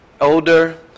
Older